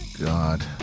god